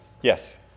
Yes